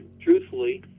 truthfully